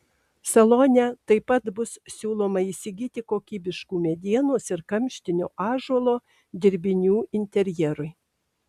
salone taip pat bus siūloma įsigyti kokybiškų medienos ir kamštinio ąžuolo dirbinių interjerui